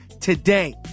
today